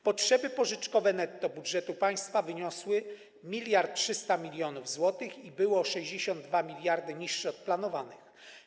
Potrzeby pożyczkowe netto budżetu państwa wyniosły 1300 mln zł i były o 62 mld niższe od planowanych.